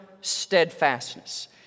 steadfastness